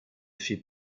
fit